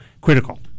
critical